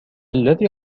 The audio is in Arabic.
الذي